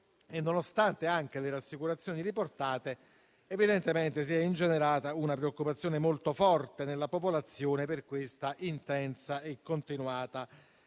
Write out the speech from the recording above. nonostante anche le rassicurazioni riportate, evidentemente si è ingenerata una preoccupazione molto forte nella popolazione per questa intensa e continuata attività